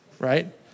right